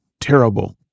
terrible